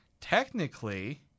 Technically